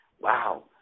Wow